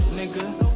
nigga